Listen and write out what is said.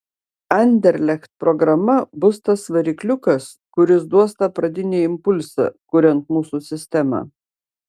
anderlecht programa bus tas varikliukas kuris duos tą pradinį impulsą kuriant mūsų sistemą